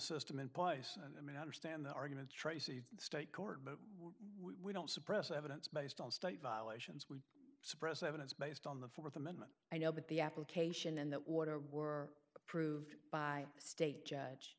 system in place and i mean i understand the argument tracy state court but we don't suppress evidence based on state violations we suppress evidence based on the th amendment i know but the application in that water were approved by state judge